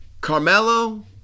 Carmelo